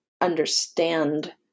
understand